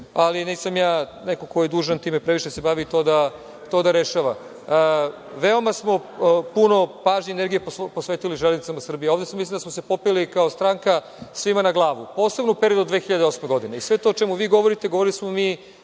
ali nisam ja neko ko je dužan time previše da se bavi i to da rešava. Veoma smo puno pažnje i energije posvetili „Železnicama Srbije“. Ovde mislimo da smo se popeli kao stranka svima na glavu, posebno u periodu od 2008. godine. Sve to o čemu vi govorite govorili smo mi